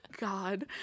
god